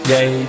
Day